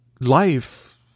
Life